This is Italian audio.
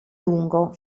lungo